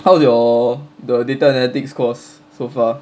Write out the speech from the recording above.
how's your data analytics course so far